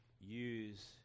use